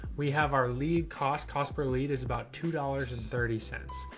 we have our lead costs. cost per lead is about two dollars and thirty cents.